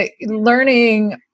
learning